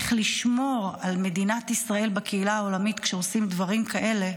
איך לשמור על מדינת ישראל בקהילה העולמית כשעושים דברים כאלה,